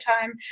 time